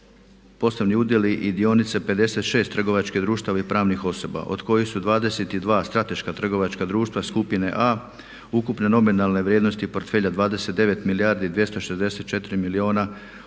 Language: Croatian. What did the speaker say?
poslovni udjeli i dionice 56 trgovačkih društava i pravnih osoba od kojih su 22 strateška trgovačka društva skupine A ukupne nominalne vrijednosti portfelja 29 milijardi 264 milijuna